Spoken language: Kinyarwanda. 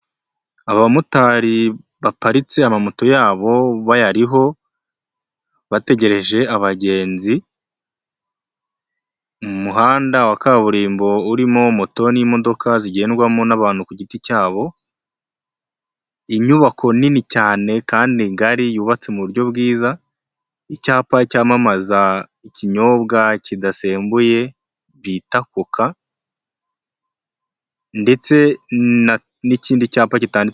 Abamotari baparitse amamoto yabo bayariho, bategereje abagenzi mu muhanda wa kaburimbo, urimo moto n'imodoka zigendwamo n'abantu ku giti cyabo, inyubako nini cyane kandi ngari yubatse mu buryo bwiza, icyapa cyamamaza ikinyobwa kidasembuye bita Koka ndetse n'ikindi cyapa.